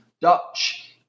Dutch